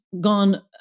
gone